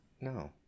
No